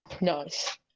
Nice